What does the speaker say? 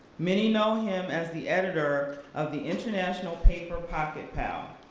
many know him as the editor of the international paper pocket pal.